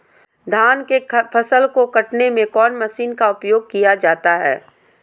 धान के फसल को कटने में कौन माशिन का उपयोग किया जाता है?